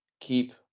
keep